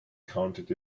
counted